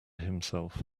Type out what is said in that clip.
himself